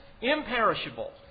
imperishable